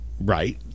Right